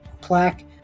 Plaque